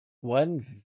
One